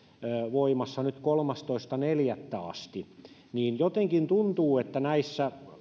voimassa nyt kolmastoista neljättä asti niin jotenkin tuntuu että näissä